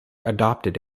adopted